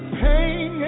pain